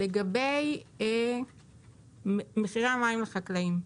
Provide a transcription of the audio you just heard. לגבי מחירי המים לחקלאים,